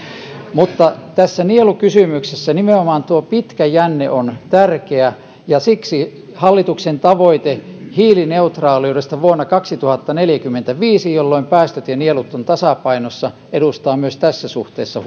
tässä nielukysymyksessä nimenomaan pitkä jänne on tärkeä ja siksi hallituksen tavoite hiilineutraaliudesta vuonna kaksituhattaneljäkymmentäviisi jolloin päästöt ja nielut ovat tasapainossa edustaa myös tässä suhteessa